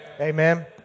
Amen